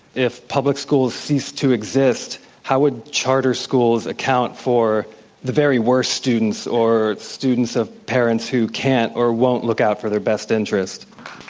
if public schools cease to exist, how would charter schools account for the very worse students or students of parents who can't or won't look out for their best interest?